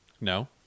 No